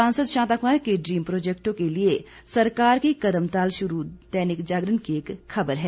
सांसद शांता कुमार के ड्रीम प्रोजेक्टों के लिए सरकार की कदमताल शुरू दैनिक जागरण की खबर है